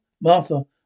Martha